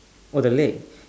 oh the leg